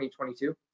2022